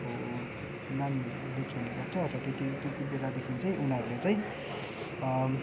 अब नानीहरूले दुध छोड्ने गर्छ अन्त त्यति त्यति बेलादेखि चाहिँ उनीहरूले चाहिँ